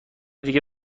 دیگه